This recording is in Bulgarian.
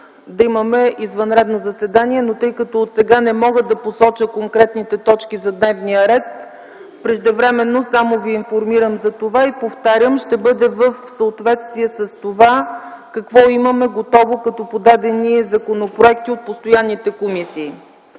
да имаме извънредно заседание, но тъй като отсега не мога да посоча конкретните точки за дневния ред, преждевременно само ви информирам за това. Повтарям, ще бъде в съответствие с това какво имаме готово като подадени законопроекти от постоянните комисии.